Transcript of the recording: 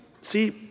See